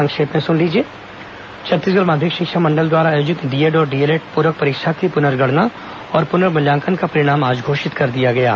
संक्षिप्त समाचार छत्तीसगढ़ माध्यमिक शिक्षा मंडल द्वारा आयोजित डीएड और डीएलएड पूरक परीक्षा की पुनर्गणना और पुनर्मूल्यांकन का परिणाम आज घोषित कर दिया गया है